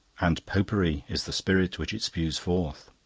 and popery is the spirit which it spews forth.